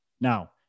Now